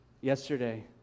yesterday